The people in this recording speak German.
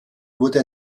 wurde